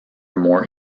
more